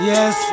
Yes